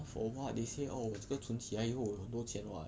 for what they say oh 我这个存起来以后我很多钱 [what]